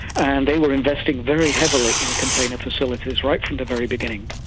and they were investing very heavily in container facilities right from the very beginning.